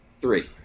Three